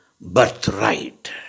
birthright